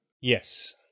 Yes